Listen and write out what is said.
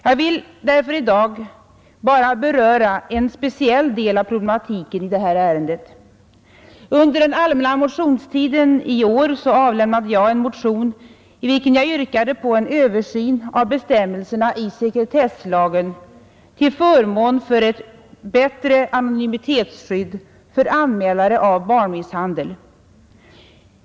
Jag vill därför i dag bara beröra en speciell del av problematiken i detta ärende. Under den allmänna motionstiden i år avlämnade jag en motion, i vilken jag yrkade på en översyn av bestämmelserna i sekretesslagen till förmån för ett bättre anonymitetsskydd för anmälare av barnmisshandel.